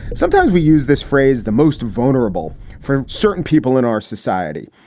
sometimes we use this phrase the most vulnerable for certain people in our society.